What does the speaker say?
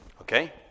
Okay